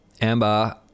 Amber